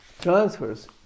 transfers